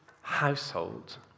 household